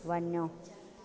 वञो